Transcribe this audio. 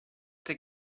they